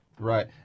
Right